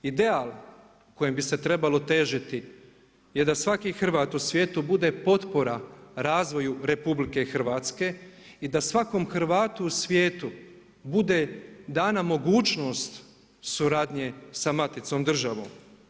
Ideal kojim bi se trebalo težiti je da svaki Hrvat u svijetu bude potpora razvoju RH i da svakom Hrvatu u svijetu bude dana mogućnost suradnje sa maticom državom.